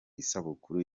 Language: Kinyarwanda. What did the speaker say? isabukuru